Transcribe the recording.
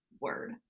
word